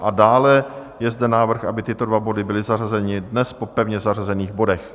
A dále je zde návrh, aby tyto dva body byly zařazeny dnes po pevně zařazených bodech.